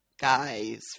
guys